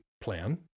plan